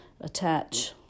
attach